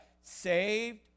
Saved